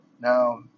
Now